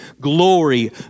Glory